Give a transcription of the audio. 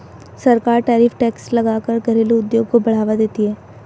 सरकार tariff tax लगा कर घरेलु उद्योग को बढ़ावा देती है